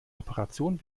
operationen